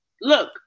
Look